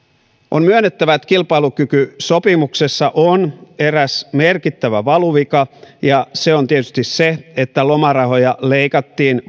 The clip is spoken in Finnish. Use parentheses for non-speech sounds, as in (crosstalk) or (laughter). on myönnettävä että kilpailukykysopimuksessa on eräs merkittävä valuvika ja se on tietysti se että lomarahoja leikattiin (unintelligible)